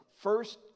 first